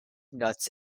nuts